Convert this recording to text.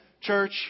Church